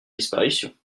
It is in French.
disparition